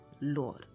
Lord